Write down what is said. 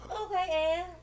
Okay